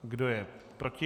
Kdo je proti?